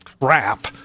crap